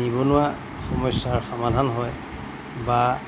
নিবনুৱা সমস্যাৰ সমাধান হয় বা